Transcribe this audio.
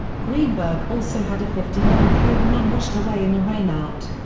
greenberg also had a fifty ninth home run washed away in a rainout.